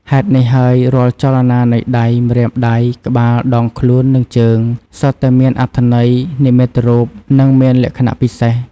ហេតុនេះហើយ រាល់ចលនានៃដៃ ម្រាមដៃ ក្បាល ដងខ្លួន និងជើង សុទ្ធតែមានអត្ថន័យនិមិត្តរូប និងមានលក្ខណៈពិសេស។